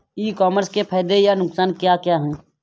ई commerce के फायदे या नुकसान क्या क्या हैं?